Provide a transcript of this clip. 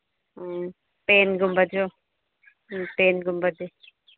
ꯎꯝ ꯄꯦꯟꯒꯨꯝꯕꯁꯨ ꯎꯝ ꯄꯦꯟꯒꯨꯝꯕꯗꯤ